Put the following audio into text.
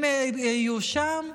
הם יחיו שם.